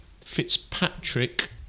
Fitzpatrick